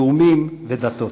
לאומים ודתות.